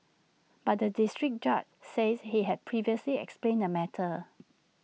but the District Judge says he had previously explained the matter